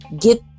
get